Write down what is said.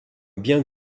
bien